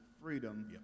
freedom